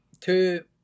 two